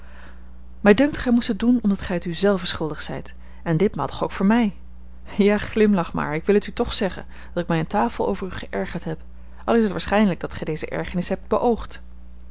mij dunkt gij moest het doen omdat gij het u zelve schuldig zijt en ditmaal toch ook voor mij ja glimlach maar ik wil het u toch zeggen dat ik mij aan tafel over u geërgerd heb al is het waarschijnlijk dat gij deze ergernis hebt beoogd